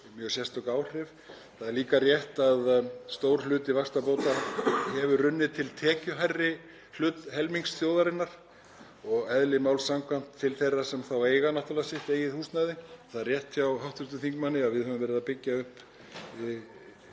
mjög sérstök áhrif. Það er líka rétt að stór hluti vaxtabóta hefur runnið til tekjuhærri helmings þjóðarinnar og eðli máls samkvæmt til þeirra sem eiga náttúrlega sitt eigið húsnæði. Það er rétt hjá hv. þingmanni að við höfum verið að byggja upp